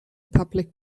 public